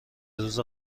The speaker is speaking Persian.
روز